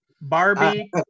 Barbie